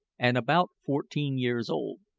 and about fourteen years old.